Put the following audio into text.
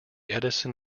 edison